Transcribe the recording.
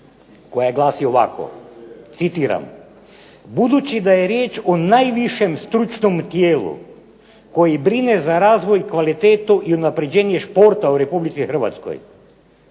koja glasi ovako citiram: "Budući da je riječ o najvišem stručnom tijelu koji brine za razvoj, kvalitetu i unapređenje športa u Republici Hrvatskoj,